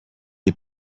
des